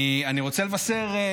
אני רוצה לבשר,